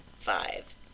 Five